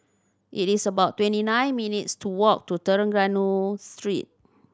it is about twenty nine minutes' to walk to Trengganu Street